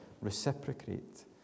reciprocate